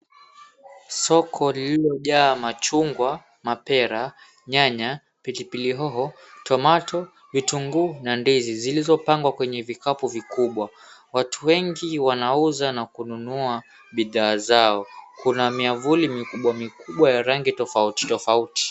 Soko lililojaa machungwa, mapera, nyanya, pilipili hoho, tomato , vitunguu, na ndizi zilizopangwa kwenye vikapu vikubwa. Watu wengi wanauza na kununua bidhaa zao. Kuna miavuli mikubwa mikubwa ya rangi tofauti tofauti.